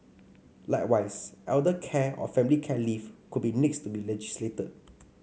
likewise elder care or family care leave could be next to be legislated